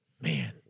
man